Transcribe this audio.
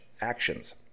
actions